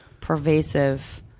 pervasive